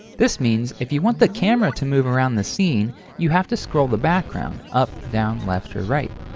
this means if you want the camera to move around the scene, you have to scroll the background up, down, left, or right.